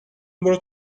برو